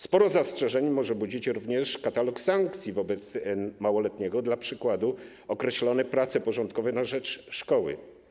Sporo zastrzeżeń może budzić również katalog sankcji wobec małoletniego, dla przykładu określone prace porządkowe na rzecz szkoły.